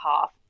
half